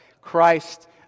Christ